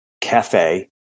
cafe